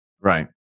Right